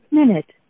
minute